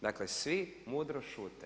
Dakle, svi mudro šute.